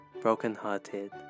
broken-hearted